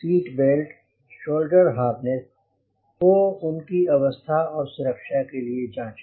seat belt shoulder harness को उनकी अवस्था और सुरक्षा की लिए जांचें